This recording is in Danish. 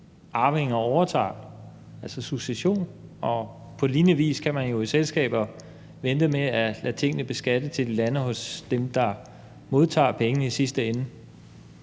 arvinger overtager det, altså succession, og på lignende vis kan man jo i selskaber vente med at lade tingene beskatte, indtil de lander hos dem, der modtager penge i sidste ende.